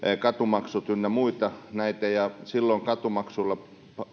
katumaksut ynnä muita näitä ja silloin katumaksuilla